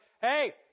hey